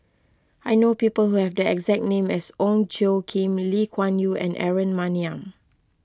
I know people who have the exact name as Ong Tjoe Kim Lee Kuan Yew and Aaron Maniam